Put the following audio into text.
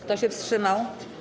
Kto się wstrzymał?